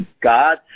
God